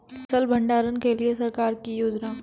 फसल भंडारण के लिए सरकार की योजना?